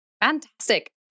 Fantastic